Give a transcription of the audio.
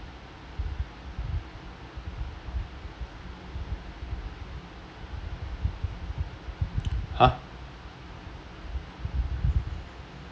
!huh!